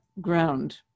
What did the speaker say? ground